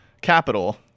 capital